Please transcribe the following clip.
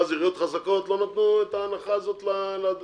ואז עיריות חזקות לא נתנו את ההנחה הזאת לאנשים.